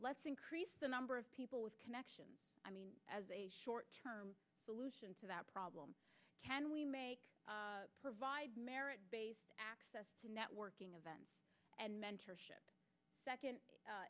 let's increase the number of people with connections i mean as a short term solution to that problem can we make provide merit based access to networking events and mentorship second